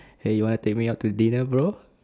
!hey! you want take me out to dinner bro